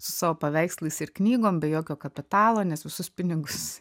su savo paveikslais ir knygom be jokio kapitalo nes visus pinigus